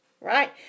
right